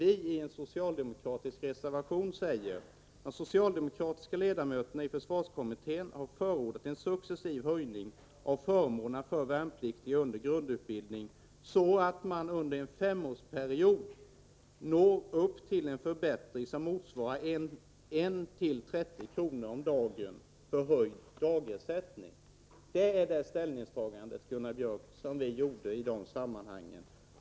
I en socialdemokratisk reservation skriver vi: ”De socialdemokratiska ledamöterna i försvarskommittén har förordat en successiv höjning av förmånerna för värnpliktiga under grundutbildning så att man under en femårsperiod når upp till en förbättring som motsvarar en till 30 kr. om dagen förhöjd dagsersättning.” Det är det ställningstagande vi i detta sammanhang gjorde, Gunnar Björk.